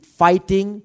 fighting